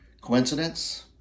Coincidence